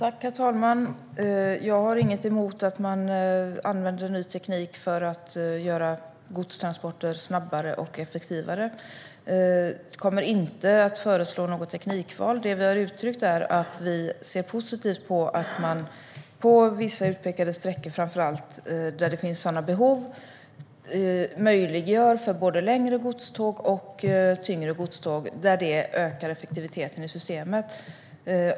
Herr talman! Jag har inget emot att man använder ny teknik för att göra godstransporter snabbare och effektivare. Jag kommer inte att föreslå något teknikval. Det vi har uttryckt är att vi ser positivt på att man framför allt på vissa utpekade sträckor där det finns sådana behov möjliggör för både längre godståg och tyngre godståg där det ökar effektiviteten i systemet.